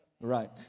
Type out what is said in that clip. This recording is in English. Right